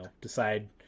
decide